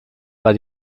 war